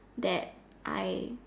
that I